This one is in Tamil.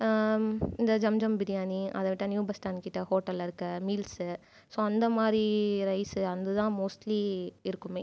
இந்த ஜம்ஜம் பிரியாணி அதை விட்டால் நியூ பஸ் ஸ்டாண்ட் கிட்டே ஹோட்டலில் இருக்கற மீல்ஸ் ஸோ அந்தமாதிரி ரைஸ் அதுதான் மோஸ்ட்லி இருக்குமே